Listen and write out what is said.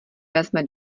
vezme